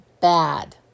bad